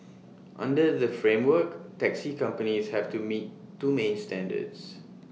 under the framework taxi companies have to meet two main standards